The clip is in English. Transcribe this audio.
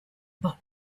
but